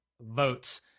votes